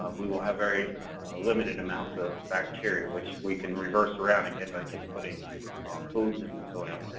um we will have very limited amounts of bacteria, which we can reverse around again by just putting foods in the soil.